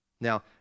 Now